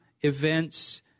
events